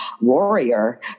warrior